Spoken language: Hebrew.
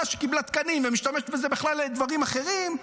שקיבלה תקנים ומשתמשת בזה בכלל לדברים אחרים,